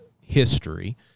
history